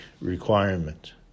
requirement